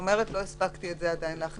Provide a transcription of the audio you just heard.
את זה עדיין לא הספקתי להכניס.